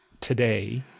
today